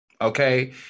okay